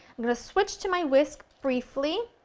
going to switch to my whisk briefly,